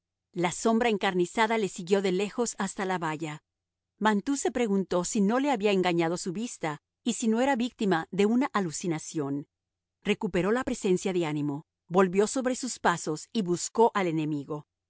la sombra encarnizada le siguió de lejos hasta la valla mantoux se preguntó si no le había engañado su vista y si no era víctima de una alucinación recuperó la presencia de ánimo volvió sobre sus pasos y buscó al enemigo